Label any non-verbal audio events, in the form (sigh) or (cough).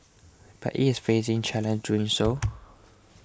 but it is facing challenges doing so (noise)